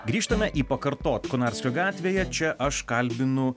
grįžtame į pakartot konarskio gatvėje čia aš kalbinu